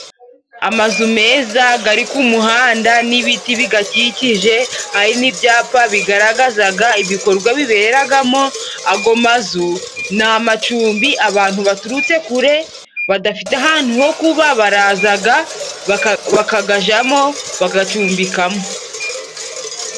Amazu meza gari ku muhanda, n'ibiti bigakikije, hari n'ibyapa bigaragazaga ibikorwa biberaga mo, ayo mazu ni amacumbi abantu baturutse kure badafite ahantu ho kuba, barazaga bakagaja mo bagacumbika mo.